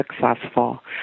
successful